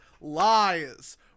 lies